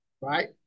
right